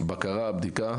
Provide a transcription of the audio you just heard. בקרה, בדיקה,